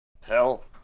hell